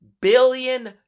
billion